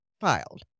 filed